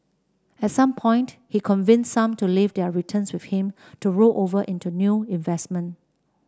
at some point he convinced some to leave their returns with him to roll over into new investment